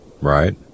Right